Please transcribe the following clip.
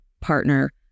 partner